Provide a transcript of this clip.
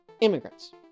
immigrants